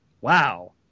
wow